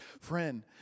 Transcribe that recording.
Friend